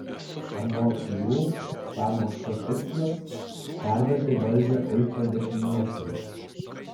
anot jų sąmokslo tikslas perduoti valdžią ultradešiniesiems